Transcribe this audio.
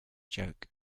joke